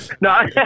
No